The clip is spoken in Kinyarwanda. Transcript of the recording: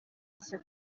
nshya